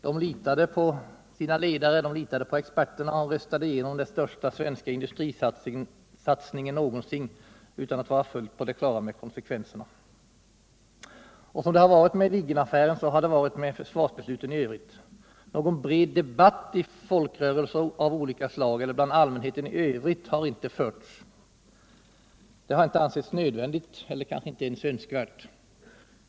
De litade på sina ledare och på experterna och röstade igenom den största svenska industrisatsningen någonsin utan att vara fullt på det klara med konsckvenserna. Som det varit med Viggenaffären har det varit med försvarsbesluten i övrigt. Någon bred debatt i folkrörelser av olika slag eller bland allmänheten i övrigt har inte förts. Den har inte ansetts nödvändig eller kanske inte ens önskvärd.